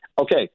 Okay